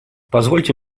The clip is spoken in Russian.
позвольте